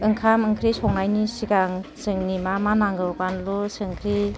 ओंखाम ओंख्रि संनायनि सिगां जोंनि मा मा नांगौ बानलु संख्रि